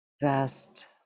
vast